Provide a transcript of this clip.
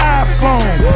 iPhone